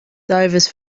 divers